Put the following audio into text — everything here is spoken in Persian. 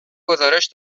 گزارش